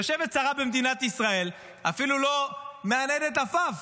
יושבת שרה במדינת ישראל ואפילו לא מנידה עפעף.